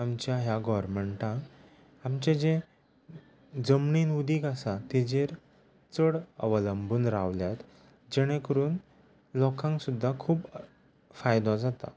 आमच्या ह्या गॉरमँटान आमचें जें जमणीन उदीक आसा ताजेर चड अवलंबून रावल्यात जेणे करून लोकांक सुद्दां खूब फायदो जाता